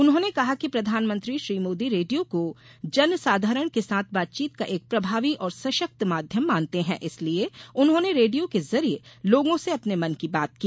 उन्होंने कहा कि प्रधानमंत्री श्री मोदी रेडियो को जन साधारण के साथ बातचीत का एक प्रभावी और सशक्त माध्यम मानते हैं इसलिये उन्होंने रेडियो के जरिए लोगों से अपने मन की बात की